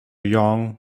young